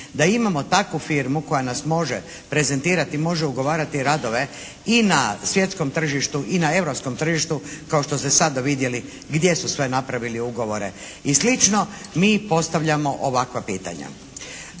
da imamo takvu firmu koja nas može prezentirati i može ugovarati radove i na svjetskom tržištu i na europskom tržištu kao što ste sada vidjeli gdje su sve napravili ugovore i sl. mi postavljamo ovakva pitanja.